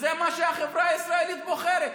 זה מה שהחברה הישראלית בוחרת.